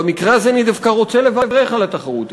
ובמקרה הזה אני דווקא רוצה לברך על התחרות.